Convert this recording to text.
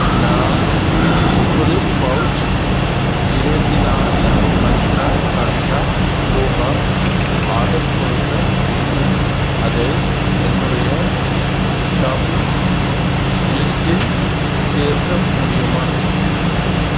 நான் முப்பது பவுச் இருபத்தி நான்கு மந்த்ரா கண்டா போஹா ஆர்டர் கொடுக்க வேண்டும் அதை என்னுடைய ஷாப்பிங் லிஸ்டில் சேர்க்க முடியுமா